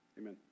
amen